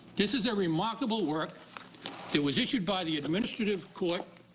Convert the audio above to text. this is a remarkable work that was issued by the administrative court,